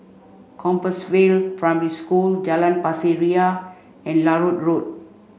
Compassvale Primary School Jalan Pasir Ria and Larut Road